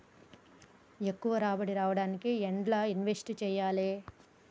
ఎక్కువ రాబడి రావడానికి ఎండ్ల ఇన్వెస్ట్ చేయాలే?